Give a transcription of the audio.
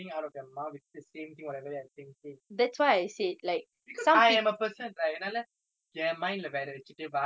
because I am a person right என்னால என்:ennaala en mind இல்லே வேற வச்சிக்கிட்டு வாயில வேற ஒன்னும் சொல்ல முடியல:illa vera vachikittu vaayila vera onnum solla mudiyala like I can't tell different things